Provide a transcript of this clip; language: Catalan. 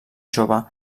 jove